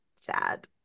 sad